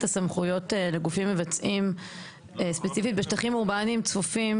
הסמכויות לגופים מבצעים ספציפית בשטחים אורבניים צפופים,